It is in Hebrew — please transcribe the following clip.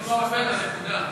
1541, 1567 ו-1599.